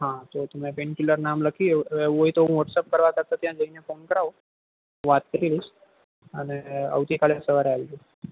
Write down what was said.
હા તો તમને પેન કિલરનું નામ લખી એવું એવું હોય તો હું તમને વોટ્સેપ કરાવવાતાતા હું ત્યાં જ લઈને ફોન કરાવો વાત કરી લઈશ અને આવતીકાલે સવારે આવી જાઓ